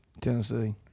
Tennessee